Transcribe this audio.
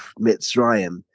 Mitzrayim